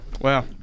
Wow